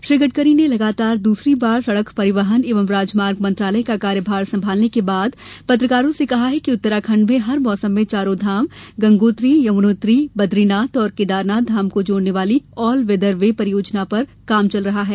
श्री गडकरी ने लगातार दूसरी बार सड़क परिवहन एवं राजमार्ग मंत्रालय का कार्यभार संभालने के बाद पत्रकारों से कहा कि उत्तराखंड में हर मौसम में चारों धाम गंगोत्री यमुनोतरी बदरीनाथ तथा केदानाथ धाम को जोड़ने वाली ऑल वेदर वे परियोजना का काम लगातार चल रहा है